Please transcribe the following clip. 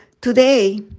today